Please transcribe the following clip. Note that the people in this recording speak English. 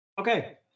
okay